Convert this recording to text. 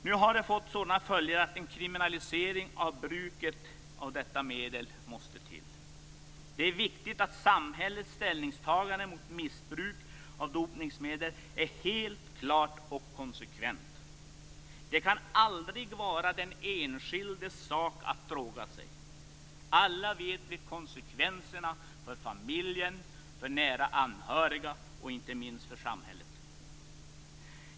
Nu har det fått sådana följder att en kriminalisering av bruket måste till. Det är viktigt att samhällets ställningstagande mot missbruk av dopningsmedel är klart och konsekvent. Det kan aldrig vara den enskildes sak om man drogar sig. Alla vet vi konsekvenserna för familjen, för nära anhöriga och inte minst för samhället.